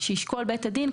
שישקול בית הדין,